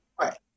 Right